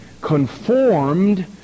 Conformed